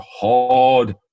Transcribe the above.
hard